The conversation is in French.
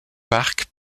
park